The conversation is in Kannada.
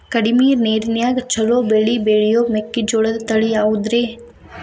ಕಡಮಿ ನೇರಿನ್ಯಾಗಾ ಛಲೋ ಬೆಳಿ ಬೆಳಿಯೋ ಮೆಕ್ಕಿಜೋಳ ತಳಿ ಯಾವುದ್ರೇ?